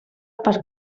per